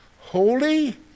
Holy